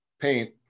paint